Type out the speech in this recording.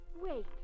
Wait